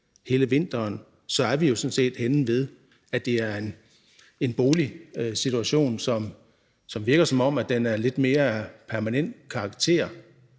hele vinteren, er vi jo sådan set henne ved, at det er en boligsituation, som virker, som om den er af lidt mere permanent karakter.